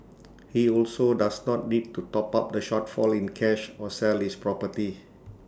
he also does not need to top up the shortfall in cash or sell his property